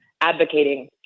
advocating